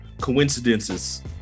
coincidences